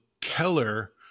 Keller